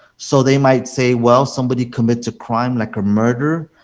so they might say, well, somebody commits a crime, like a murder,